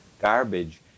garbage